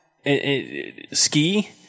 ski